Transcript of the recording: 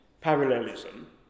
parallelism